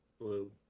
blue